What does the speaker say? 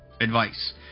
advice